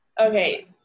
Okay